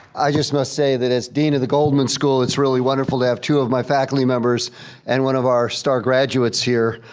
i just must say that as dean of the goldman school it's really wonderful to have two of my faculty members and one of our star graduates here.